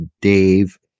Dave